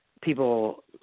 people